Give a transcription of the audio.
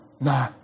No